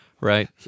right